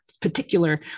particular